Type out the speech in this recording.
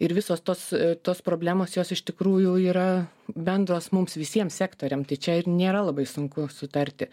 ir visos tos tos problemos jos iš tikrųjų yra bendros mums visiem sektoriam tai čia ir nėra labai sunku sutarti